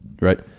right